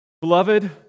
Beloved